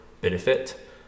benefit